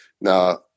Now